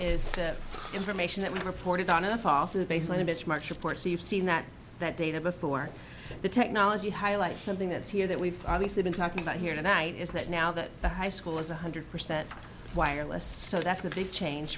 the information that we reported on in the fall from the baseline of its march report so you've seen that that data before the technology highlights something that's here that we've obviously been talking about here tonight is that now that the high school is one hundred percent wireless so that's a big change